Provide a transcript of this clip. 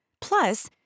Plus